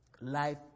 life